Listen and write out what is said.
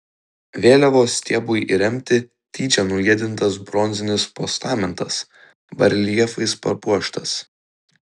vėliavos stiebui įremti tyčia nuliedintas bronzinis postamentas bareljefais papuoštas